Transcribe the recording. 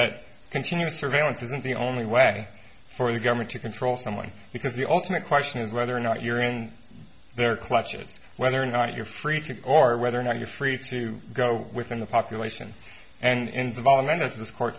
that continue surveillance isn't the only way for the government to control someone because the ultimate question is whether or not you're in their clutches whether or not you're free to or whether or not you're free to go within the population and ins of all members of this court